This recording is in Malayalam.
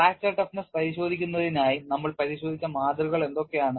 ഫ്രാക്ചർ ടഫ്നെസ് പരിശോധിക്കുന്നതിനായി നമ്മൾ പരിശോധിച്ച മാതൃകകൾ എന്തൊക്കെയാണ്